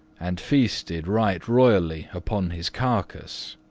and feasted right royally upon his carcase.